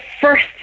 first